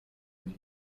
niej